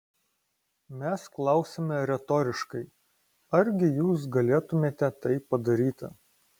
mes klausiame retoriškai argi jus galėtumėte tai padaryti